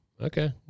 Okay